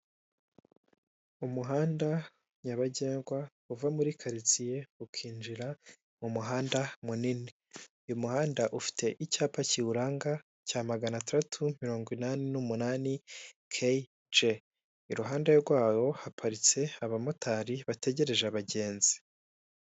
Umuhanda nyabagendwa uva muri karitsiye ukinjira mu muhanda munini, uyu muhanda ufite icyapa kiwuranga cya magana atandatu mirongo inani n'umunani keyi je iruhande rwawo haparitse abamotari bategereje abagenzi.